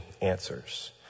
answers